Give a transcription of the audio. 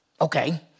okay